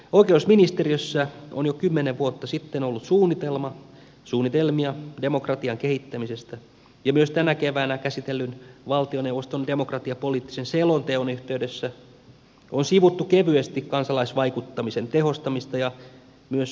oikeusministeriössä on jo kymmenen vuotta sitten ollut suunnitelmia demokratian kehittämisestä ja myös tänä keväänä käsitellyn valtioneuvoston demokratiapoliittisen selonteon yhteydessä on sivuttu kevyesti kansalaisvaikuttamisen tehostamista ja myös suoraa demokratiaa